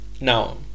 Now